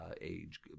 age